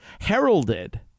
heralded